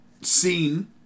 scene